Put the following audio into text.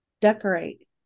decorate